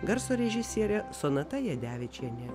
garso režisierė sonata jadevičienė